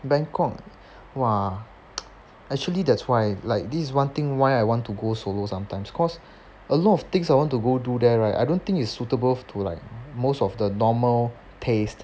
bangkok !wah! actually that's why like this is one thing why I want to go solo sometimes cause a lot of things I want to go do there right I don't think is suitable to like most of the normal paced